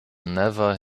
never